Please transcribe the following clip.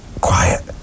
quiet